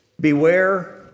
Beware